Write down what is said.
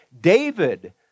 David